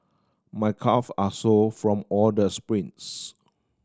my calve are sore from all the sprints